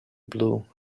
blue